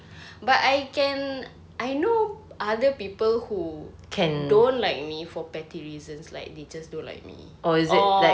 but I can I know other people who don't like me for petty reasons like they just don't like me or